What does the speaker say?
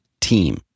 team